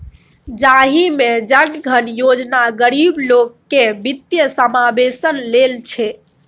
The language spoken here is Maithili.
जाहि मे जन धन योजना गरीब लोक केर बित्तीय समाबेशन लेल छै